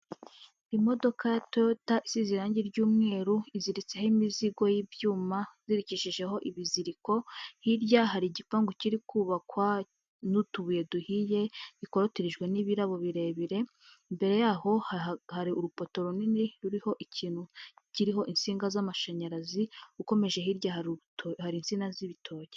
Imodoka ya Toyota isize irange ry'umweru iziritseho imizigo y'ibyuma izirikishijejeho ibiziriko, hirya hari igipangu kiri kubakwa n'utubuye duhiye bikorotirijwe n'ibirabo birebire, imbere yaho hari urupoto runini ruriho ikintu kiriho insinga z'amashanyarazi, ukomeje hirya hari insina z'ibitoki.